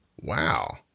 Wow